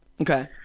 Okay